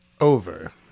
over